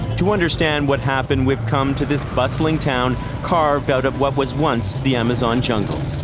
to understand what happened, we've come to this bustling town carved out of what was once the amazon jungle.